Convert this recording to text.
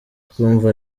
twumva